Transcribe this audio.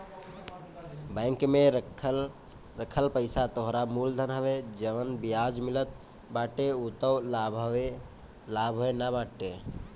bank में रखल पईसा तोहरा मूल धन हवे जवन बियाज मिलत बाटे उ तअ लाभवे न बाटे